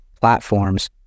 platforms